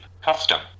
custom